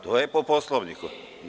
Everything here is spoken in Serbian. To je po Poslovniku.